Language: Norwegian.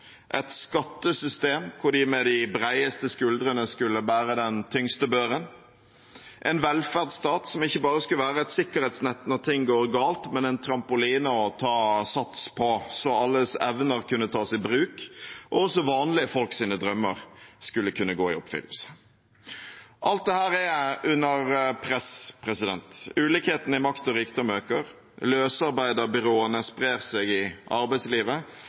et skattesystem der de med de bredeste skuldre skulle bære den tyngste børen, og en velferdsstat som ikke bare skulle være et sikkerhetsnett når ting gikk galt, men en trampoline å ta sats på, så alles evner kunne tas i bruk og også vanlige folks drømmer kunne gå i oppfyllelse. Alt dette er under press. Ulikhetene i makt og rikdom øker, løsarbeiderbyråene sprer seg i arbeidslivet,